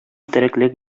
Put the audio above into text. тереклек